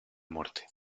muerte